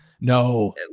no